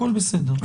הכול בסדר.